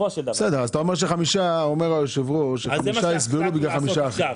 אומר היושב-ראש שחמישה יסבלו בגלל חמישה אחרים.